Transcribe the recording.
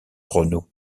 renaud